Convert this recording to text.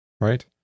right